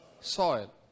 soil